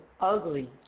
ugly